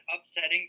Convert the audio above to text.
upsetting